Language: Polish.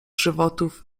żywotów